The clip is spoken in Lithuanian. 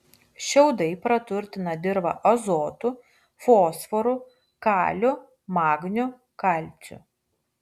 šiaudai praturtina dirvą azotu fosforu kaliu magniu kalciu